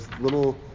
little